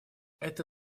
это